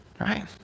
right